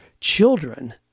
children